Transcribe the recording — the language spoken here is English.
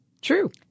True